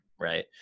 right